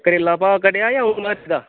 करेला दा भाऽ घटेआ जां उन्ना चढ़े दा